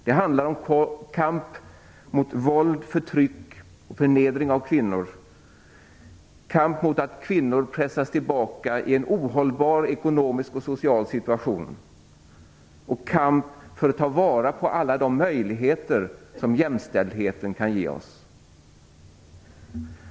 Det handlar om kampen mot våld, förtryck och förnedring av kvinnor, kampen mot att kvinnor pressas tillbaka i en ohållbar ekonomisk och social situation samt kampen för att ta vara på alla de möjligheter som jämställdheten kan ge oss.